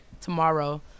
Tomorrow